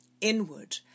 inward